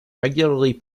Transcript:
regularly